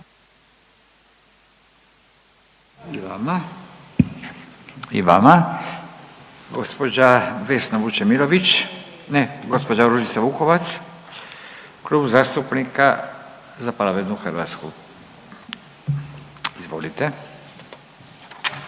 I vama. Gospođa Vesna Vučemilović, ne gospođa Ružica Vukovac, Klub zastupnika Za pravednu Hrvatsku. Izvolite.